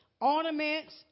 ornaments